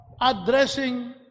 addressing